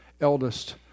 eldest